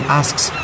asks